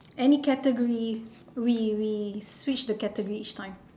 any categories we we switch the category each time